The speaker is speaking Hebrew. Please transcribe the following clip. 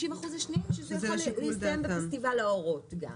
יש להם את ה-50% השניים שזה יכול להסתיים בפסטיבל האורות גם.